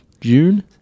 June